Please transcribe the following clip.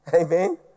Amen